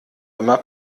immer